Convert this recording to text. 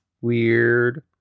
weird